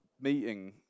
meeting